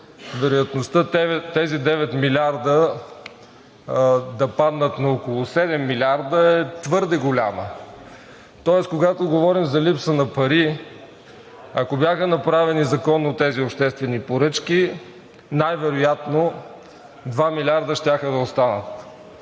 вероятността тези 9 милиарда да паднат на около 7 милиарда е твърде голяма. Тоест, когато говорим за липса на пари, ако бяха направени законно тези обществени поръчки, най-вероятно 2 милиарда щяха да останат.